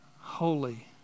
holy